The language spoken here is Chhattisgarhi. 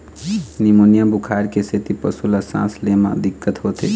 निमोनिया बुखार के सेती पशु ल सांस ले म दिक्कत होथे